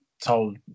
Told